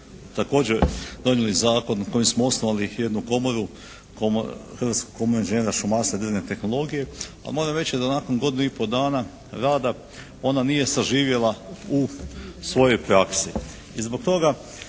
također donijeli zakon kojim smo osnovali jednu komoru, Hrvatsku komoru inženjera šumarstva i drvne tehnologije, a moram reći da nakon godinu i pol dana rada ona nije saživjela u svojoj praksi i zbog toga